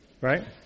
Right